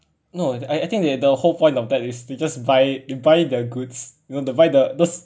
no I I think they have the whole point of that is they just buy they buy their goods you know they buy the those